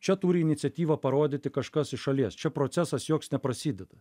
čia turi iniciatyvą parodyti kažkas iš šalies čia procesas joks neprasideda